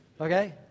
okay